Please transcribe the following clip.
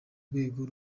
rwego